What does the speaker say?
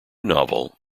novel